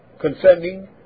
concerning